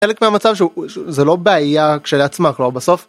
חלק מהמצב שהוא...זה לא בעיה כשלעצמה, כלומר בסוף